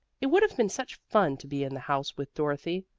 it would have been such fun to be in the house with dorothy.